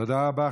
תודה רבה.